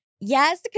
Yes